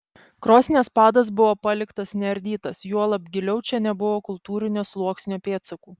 krosnies padas buvo paliktas neardytas juolab giliau čia nebuvo kultūrinio sluoksnio pėdsakų